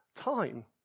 time